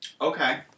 Okay